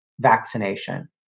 vaccination